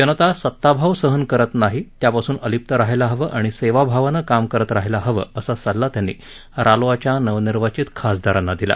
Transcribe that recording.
जनता सत्ताभाव सहन करत नाही त्यापासून अलिप्त रहायला हवं आणि सेवाभावानं काम करत रहायला हवं असा सल्ला त्यांनी रालोआच्या नवनिर्वाचित खासदारांना दिला